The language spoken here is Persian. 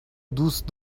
دوست